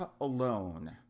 alone